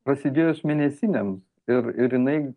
prasidėjus mėnesinėms ir ir jinai